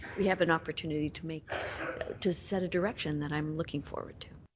we have an opportunity to make to set a direction that i'm looking forward to.